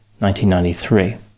1993